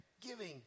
giving